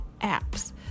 apps